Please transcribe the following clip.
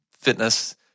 fitness